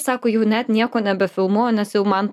sako jau net nieko nebefilmuoju nes jau man